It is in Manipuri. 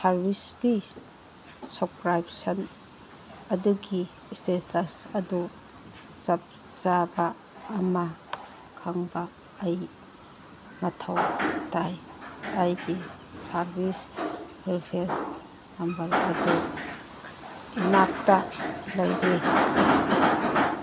ꯁꯥꯔꯕꯤꯁꯀꯤ ꯁꯕꯀ꯭ꯔꯤꯞꯁꯟ ꯑꯗꯨꯒꯤ ꯏꯁꯇꯦꯇꯁ ꯑꯗꯨ ꯆꯞ ꯆꯥꯕ ꯑꯃ ꯈꯪꯕ ꯑꯩ ꯃꯊꯧ ꯇꯥꯏ ꯑꯩꯒꯤ ꯁꯥꯔꯕꯤꯁ ꯔꯤꯐ꯭ꯔꯦꯟꯁ ꯅꯝꯕꯔ ꯑꯗꯨ ꯏꯅꯥꯛꯇ ꯂꯩꯔꯦ